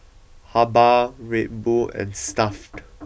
Habhal Red Bull and Stuff'd